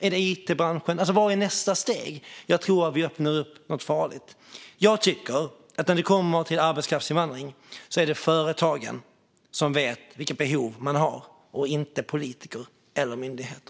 Är det it-branschen? Vad är nästa steg? Jag tror att vi öppnar upp något farligt. Jag tycker att när det gäller arbetskraftsinvandring är det företagen som vet vilka behov de har, inte politiker eller myndigheter.